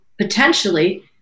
potentially